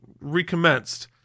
recommenced